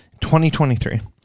2023